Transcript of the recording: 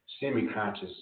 semi-conscious